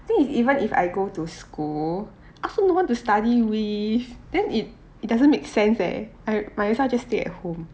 the thing is even if I go to school I also no one to study with then it it doesn't make sense eh I might as well just stay at home